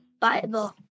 Bible